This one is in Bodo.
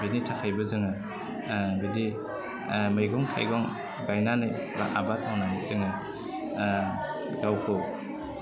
बेनि थाखायबो जोङो बिदि मैगं थाइगं गायनानै बा आबाद मावनानै जोङो गावखौ